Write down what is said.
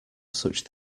such